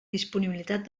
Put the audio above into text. disponibilitat